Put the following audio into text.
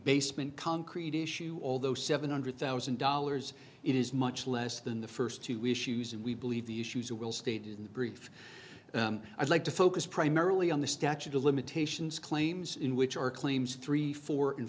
basement concrete issue although seven hundred thousand dollars it is much less than the first to wish use and we believe the issues you will state in the brief i'd like to focus primarily on the statute of limitations claims in which our claims three four and